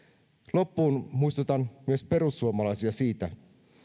loppuun muistutan myös perussuomalaisia siitä